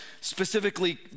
specifically